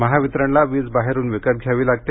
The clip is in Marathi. महावितरणला वीज बाहेरुन विकत घ्यावी लागते